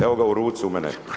Evo ga u ruci u mene.